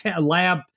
lab